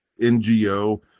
NGO